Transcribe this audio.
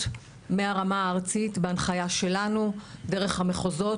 מהרמה הארצית בהנחיה שלנו דרך המחוזות,